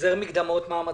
החזר מקדמות מה המצב?